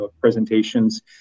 presentations